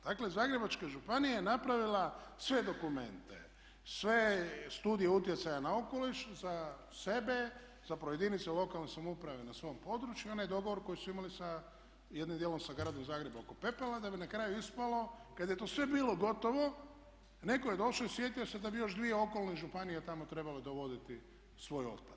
Dakle, Zagrebačka županija je napravila sve dokumente, sve studije utjecaja na okoliš za sebe, zapravo jedinice lokalne samouprave na svom području, onaj dogovor koji su imali sa jednim dijelom sa gradom Zagrebom oko pepela, da bi na kraju ispalo kad je to sve bilo gotovo netko je došao i sjetio se da bi još dvije okolne županije tamo trebale dovoditi svoj otpad.